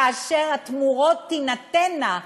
כאשר התרומות תינתנה,